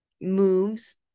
moves